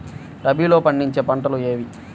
రబీలో పండించే పంటలు ఏవి?